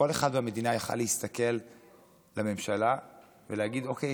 כל אחד במדינה יכול להסתכל בממשלה ולהגיד: אוקיי,